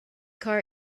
car